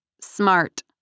smart